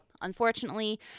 Unfortunately